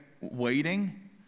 waiting